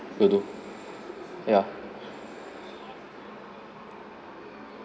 will do ya